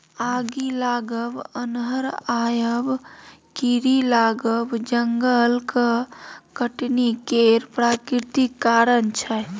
आगि लागब, अन्हर आएब, कीरी लागब जंगलक कटनी केर प्राकृतिक कारण छै